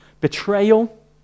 Betrayal